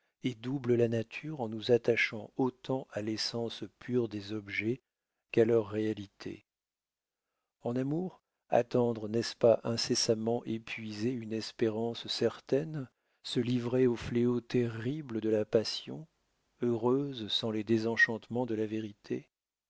et double la nature en nous attachant autant à l'essence pure des objets qu'à leur réalité en amour attendre n'est-ce pas incessamment épuiser une espérance certaine se livrer au fléau terrible de la passion heureuse sans les désenchantements de la vérité